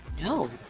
no